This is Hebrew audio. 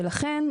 ולכן,